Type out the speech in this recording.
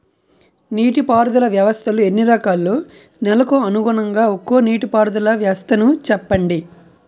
నీటి పారుదల వ్యవస్థలు ఎన్ని రకాలు? నెలకు అనుగుణంగా ఒక్కో నీటిపారుదల వ్వస్థ నీ చెప్పండి?